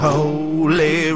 Holy